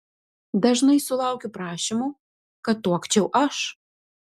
dažnai sulaukiu prašymų kad tuokčiau aš